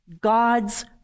God's